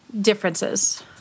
differences